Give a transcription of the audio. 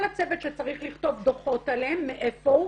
כל הצוות שצריך לכתוב דוחות עליהם, מאיפה הוא?